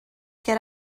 get